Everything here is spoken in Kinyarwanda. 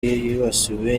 yibasiwe